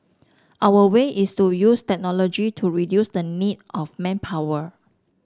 our way is to use technology to reduce the need of manpower